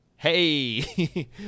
hey